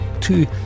two